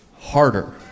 harder